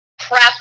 crap